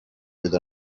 with